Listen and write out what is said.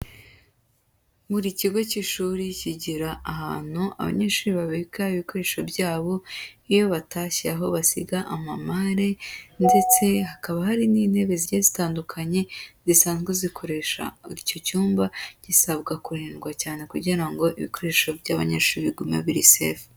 Buri kigo cy'ishuri kigira ahantu abanyeshuri babika ibikoresho byabo, iyo batashye aho basiga amamare ndetse hakaba hari n'intebe zigiye zitandukanye zisanzwe zikoresha, icyo cyumba gisabwa kurindwa cyane kugira ngo ibikoresho by'abanyeshuri bigume biri sefu.